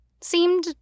seemed